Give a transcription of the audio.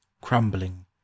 crumbling